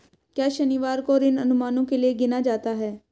क्या शनिवार को ऋण अनुमानों के लिए गिना जाता है?